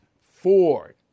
ford